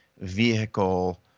vehicle